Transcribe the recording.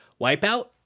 Wipeout